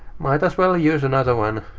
might as well ah use another one.